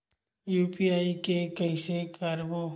UPI के कइसे करबो?